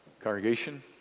Congregation